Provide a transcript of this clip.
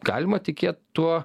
galima tikėt tuo